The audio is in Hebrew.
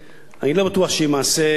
אני לא בטוח שהיא מעשה נכון.